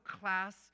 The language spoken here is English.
class